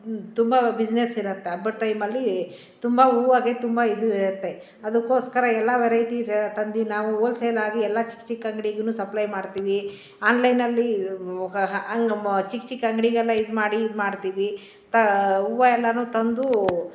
ಹಾಂ ತುಂಬ ಬಿಸ್ನೆಸ್ ಇರತ್ತೆ ಹಬ್ಬದ ಟೈಮಲ್ಲಿ ತುಂಬ ಹೂವಾಗೇ ತುಂಬ ಇದು ಇರತ್ತೆ ಅದಕ್ಕೋಸ್ಕರ ಎಲ್ಲ ವೆರೈಟಿ ತಂದು ನಾವು ಹೋಲ್ಸೇಲ್ ಆಗಿ ಎಲ್ಲ ಚಿಕ್ಕ ಚಿಕ್ಕ ಅಂಗಡಿಗೂ ಸಪ್ಲೈ ಮಾಡ್ತೀವಿ ಆನ್ಲೈನಲ್ಲಿ ಚಿಕ್ಕ ಚಿಕ್ಕ ಅಂಗಡಿಗೆಲ್ಲ ಇದ್ಮಾಡಿ ಇದ್ಮಾಡ್ತೀವಿ ಹೂವು ಎಲ್ಲಾನು ತಂದು